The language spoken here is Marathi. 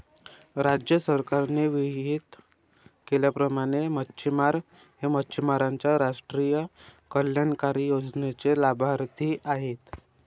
राज्य सरकारने विहित केल्याप्रमाणे मच्छिमार हे मच्छिमारांच्या राष्ट्रीय कल्याणकारी योजनेचे लाभार्थी आहेत